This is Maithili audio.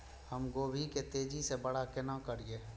हम गोभी के तेजी से बड़ा केना करिए?